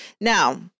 Now